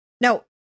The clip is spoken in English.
No